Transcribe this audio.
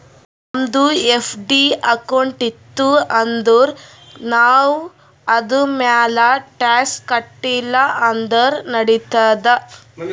ನಮ್ದು FD account ಇತ್ತು ಅಂದುರ್ ನಾವ್ ಅದುರ್ಮ್ಯಾಲ್ ಟ್ಯಾಕ್ಸ್ ಕಟ್ಟಿಲ ಅಂದುರ್ ನಡಿತ್ತಾದ್